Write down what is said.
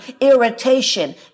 irritation